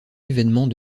événements